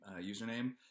username